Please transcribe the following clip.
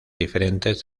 diferentes